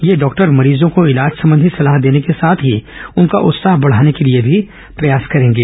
ये डॉक्टर मरीजों को इलाज संबंधी सलाह देने के साथ ही उनका उत्साह बढाने के लिए भी प्रयास करेंगे